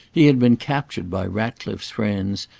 he had been captured by ratcliffe's friends,